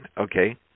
okay